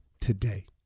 today